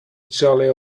jolly